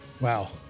Wow